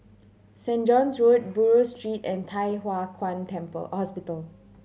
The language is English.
Saint John's Road Buroh Street and Thye Hua Kwan Temple Hospital